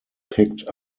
picked